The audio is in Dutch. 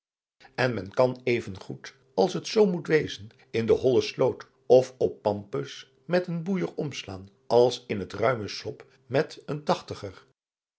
en men kan even goed als het zoo moet wezen in de holle sloot of op pampus met een boeijer omslaan als in het ruime sop met een tachtiger